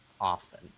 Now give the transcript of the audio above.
often